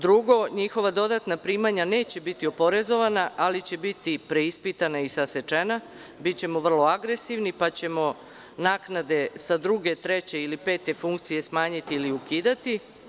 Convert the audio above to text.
Drugo, njihova dodatna primanja neće biti oporezovana, ali će biti preispitana i sasečena, bićemo vrlo agresivni, pa ćemo naknade sa druge, treće ili pete funkcije smanjiti ili ukidati.